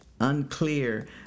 unclear